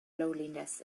loneliness